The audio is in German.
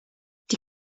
die